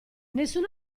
nessun